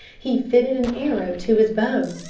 he fitted an arrow to his bow.